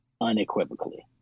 unequivocally